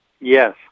Yes